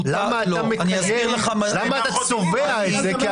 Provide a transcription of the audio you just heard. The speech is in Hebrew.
למה אתה צובע את זה?